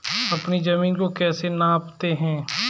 अपनी जमीन को कैसे नापते हैं?